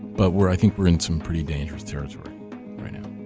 but where i think we're in some pretty dangerous territory right now.